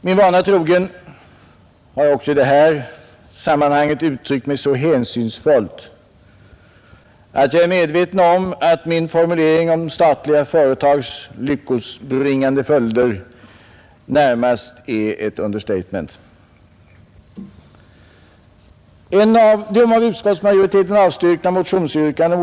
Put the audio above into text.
Min vana trogen har jag också i detta sammanhang uttryckt mig så hänsynsfullt, att jag är medveten om att min formulering om statliga företags lyckobringande följder närmast är ett understatement.